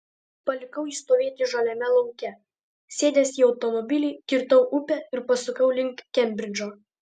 palikau jį stovėti žaliame lauke sėdęs į automobilį kirtau upę ir pasukau link kembridžo